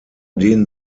den